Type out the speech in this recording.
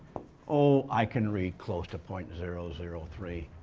oh, i can read close to point zero zero three.